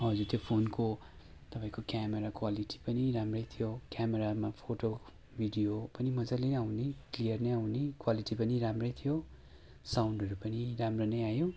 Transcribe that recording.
हजुर त्यो फोनको तपाईँको क्यामेरा क्वालिटी पनि राम्रै थियो क्यामेरामा फोटो भिडियो पनि माले नै आउने क्लियर नै आउने क्वालिटी पनि राम्रै थियो साउन्डहरू पनि राम्रो नै आयो